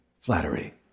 flattery